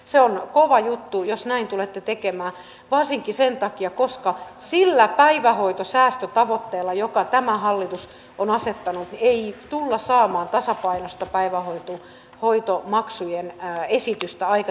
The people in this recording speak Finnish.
se on kova juttu jos näin tulette tekemään varsinkin sen takia että sillä päivähoitosäästötavoitteella jonka tämä hallitus on asettanut ei tulla saamaan tasapainoista päivähoitomaksuesitystä aikaiseksi